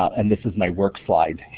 and this is my work slide.